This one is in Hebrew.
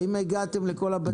האם הגעתם לכל הבתים.